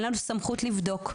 אין לנו סמכות לבדוק.